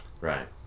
Right